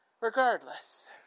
Regardless